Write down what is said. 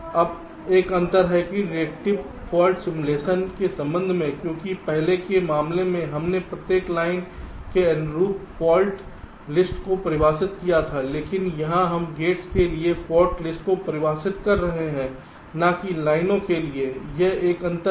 अब एक अंतर है कि डिडक्टिव फॉल्ट सिमुलेशन के संबंध में क्योंकि पहले के मामले में हमने प्रत्येक लाइन के अनुरूप फॉल्ट लिस्ट को परिभाषित किया था लेकिन यहां हम गेट्स के लिए फॉल्ट लिस्ट को परिभाषित कर रहे हैं न कि लाइनों के लिए यह एक अंतर है